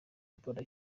ebola